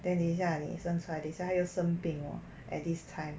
then 等一下你生出来他又生病喔 at this time